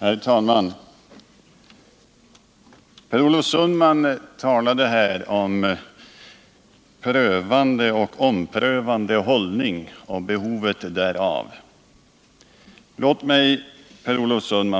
Herr talman! Per Olof Sundman talade här om behovet av en prövande och omprövande hållning. Låt mig